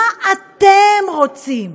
מה אתם רוצים.